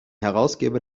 herausgeber